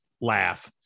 laugh